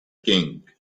king